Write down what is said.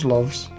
Loves